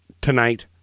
tonight